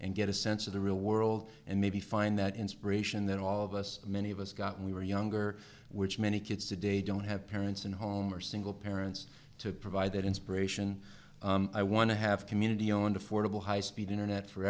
and get a sense of the real world and maybe find that inspiration that all of us many of us got when we were younger which many kids today don't have parents in home or single parents to provide that inspiration i want to have community owned affordable high speed internet for